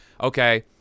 okay